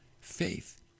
faith